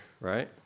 right